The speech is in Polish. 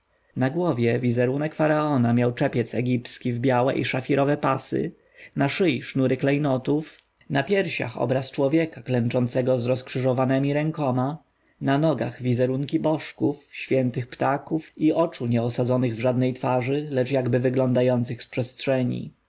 na głowie wizerunek faraona miał czepiec egipski w białe i szafirowe pasy na szyi sznury klejnotów na piersiach obraz człowieka klęczącego z rozkrzyżowanemi rękoma na nogach wizerunki bożków świętych ptaków i oczu nie osadzonych w żadnej twarzy lecz jakby wyglądających z przestrzeni